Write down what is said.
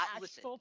listen